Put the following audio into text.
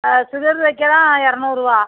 சுடிதார் தைக்க தான் எரநூறுபா